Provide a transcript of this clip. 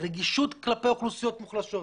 רגישות כלפי אוכלוסיות מוחלשות,